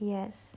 Yes